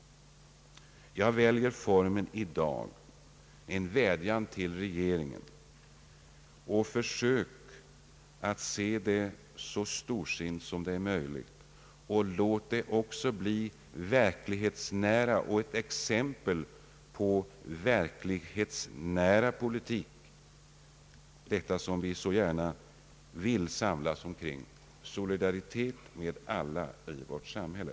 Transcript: Jag väljer vädjandets form till regeringen. Försök att se på detta så storsint som det är möjligt. Låt det också bli ett exempel på verklighetsnära politik, detta som vi så gärna vill samlas omkring: solidaritet med alla i vårt samhälle.